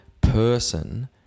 person